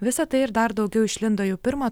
visa tai ir dar daugiau išlindo į pirmą